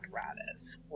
apparatus